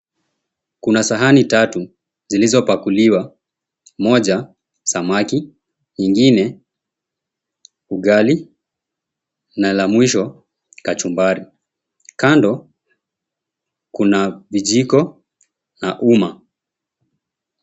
Kuna sahani tatu zilizopakuliwa. Moja samaki, nyingine ugali, na la mwisho kachumbari. Kando kuna vijiko na uma.